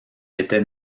était